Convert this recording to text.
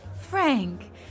Frank